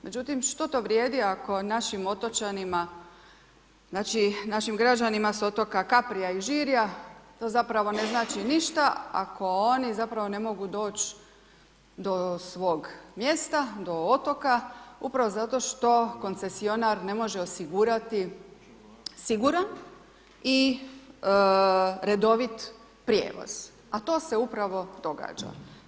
Međutim, što to vrijedi ako našim otočanima, našim građanima s otoka Kaprija i Žirja, to zapravo ne znači ništa, ako oni zapravo ne mogu doći do svog mjesta, do otoka, upravo zato što koncesionar ne može osigurati siguran i redovit prijevoz, a to se upravo događa.